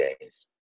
days